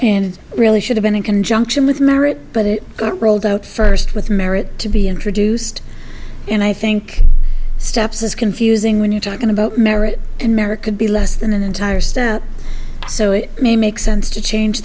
and really should have been in conjunction with merit but it got rolled out first with merit to be introduced and i think steps is confusing when you're talking about marriage in america to be less than an entire step so it may make sense to change